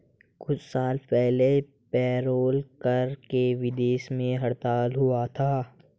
कुछ साल पहले पेरोल कर के विरोध में हड़ताल हुआ था